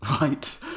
right